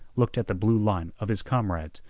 looked at the blue line of his comrades.